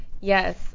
Yes